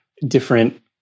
different